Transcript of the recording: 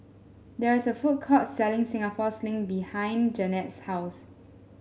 there is a food court selling Singapore Sling behind Jannette's house